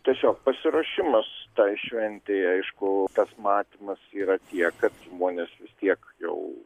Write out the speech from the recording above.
tiesiog pasiruošimas tai šventei aišku tas mąstymas yra tiek kad žmonės vis tiek jau